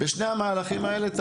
הממשלה תמכה בשני המהלכים האלה